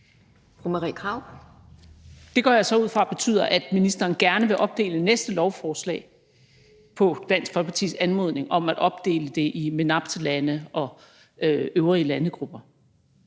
Det går jeg så ud fra betyder, at ministeren gerne vil opdele næste lovforslag efter Dansk Folkepartis anmodning om at opdele det i MENAPT-lande og øvrige landegrupper.